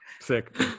Sick